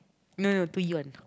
no no to yawn